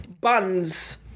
buns